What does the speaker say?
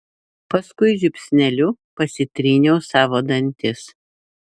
paskui žiupsneliu pasitryniau savo dantis